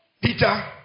Peter